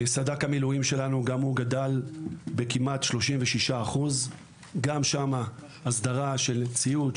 סד"כ המילואים שלנו גדל בכמעט 36%. גם שם ההסדרה של ציוד,